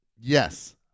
Yes